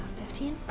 fifteen?